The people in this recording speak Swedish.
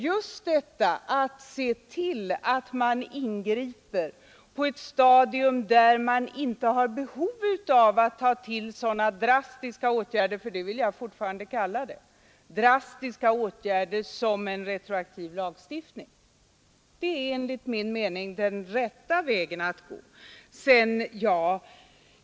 Just detta att se till att man ingriper på ett stadium där man inte har behov av att ta till sådana drastiska åtgärder — för jag vill kalla det drastiska åtgärder — som en retroaktiv lagstiftning är enligt min mening den rätta vägen att gå.